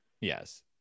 Yes